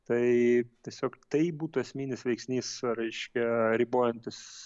tai tiesiog tai būtų esminis veiksnys reiškia ribojantis